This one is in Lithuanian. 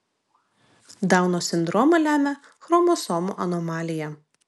dauno sindromą lemia chromosomų anomalija